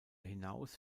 hinaus